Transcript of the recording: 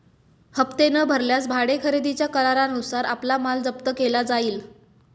हप्ते न भरल्यास भाडे खरेदीच्या करारानुसार आपला माल जप्त केला जाईल